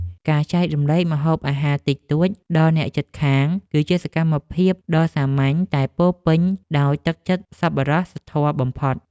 ការចែករំលែកម្ហូបអាហារតិចតួចដល់អ្នកជិតខាង គឺជាសកម្មភាពដ៏សាមញ្ញតែពោរពេញដោយទឹកចិត្តសប្បុរសធម៌បំផុត។